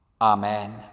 Amen